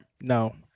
no